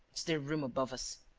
it's their room above us.